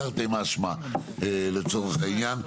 תרתי משמע לצורך העניין.